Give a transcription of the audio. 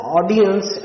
Audience